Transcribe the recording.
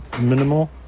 minimal